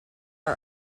are